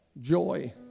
joy